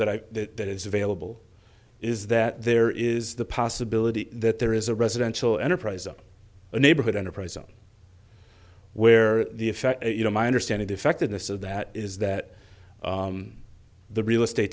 earth that i that is available is that there is the possibility that there is a residential enterprise or a neighborhood enterprise zone where the effect you know my understanding the effectiveness of that is that the real estate